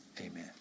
amen